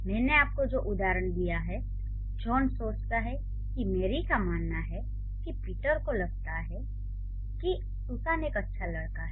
मैंने आपको जो उदाहरण दिया जॉन सोचता है कि मैरी का मानना है कि पीटर को लगता है कि "सुसान एक अच्छा छात्र है"